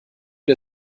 der